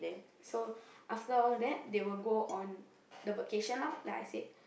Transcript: so after all that they will go on the vacation leh like I said